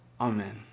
Amen